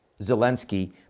Zelensky